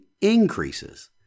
increases